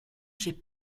chez